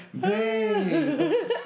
babe